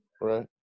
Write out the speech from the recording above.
Right